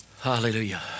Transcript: hallelujah